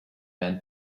man